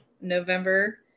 November